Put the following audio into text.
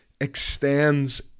extends